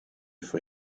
for